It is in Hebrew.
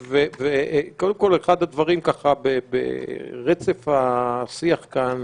וקודם כול אחד הדברים ברצף השיח כאן.